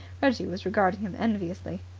reggie was regarding him enviously.